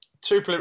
two